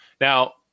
Now